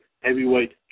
heavyweight